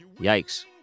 Yikes